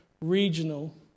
regional